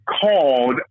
called